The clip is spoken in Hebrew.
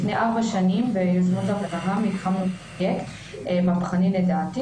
לפני ארבע שנים ביוזמות אברהם התחלנו פרויקט מהפכני לדעתי